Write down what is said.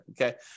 okay